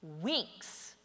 weeks